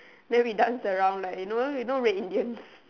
then we dance around like you know you know red Indians